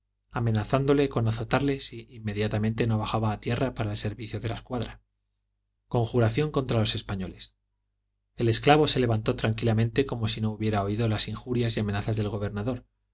amenazándole con azotarle si inmediatamente no bajaba a tierra para el servicio de la escuadra conjuración contra los españoles el esclavo se levantó tranquilamente como si no hubiera oído las injurias y amenazas del gobernador y